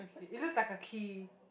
it looks like a key